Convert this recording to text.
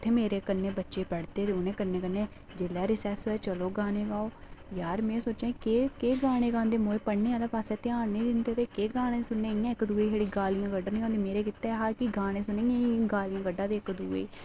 उत्थै मेरे कन्नै बच्चे पढ़दे उंदे कन्नै कन्नै जेल्लै रिसैस होए चलो गाने गाओ यार में सोचां केह् गाने गांदे पढ़ने आह्लै पास्सै ध्यान निं दिंदे ते केह् गाने सुनने में छड़ियां गालियां कड्ढनियां ते गाने सुना ते गालियां कड्ढ़ा दे इक दूए ई